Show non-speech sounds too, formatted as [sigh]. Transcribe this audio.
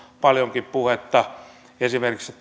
paljonkin puhetta esimerkiksi [unintelligible]